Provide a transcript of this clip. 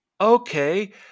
okay